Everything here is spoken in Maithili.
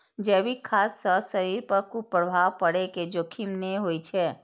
जैविक खाद्य सं शरीर पर कुप्रभाव पड़ै के जोखिम नै होइ छै